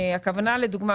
לדוגמה,